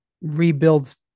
rebuilds